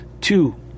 Two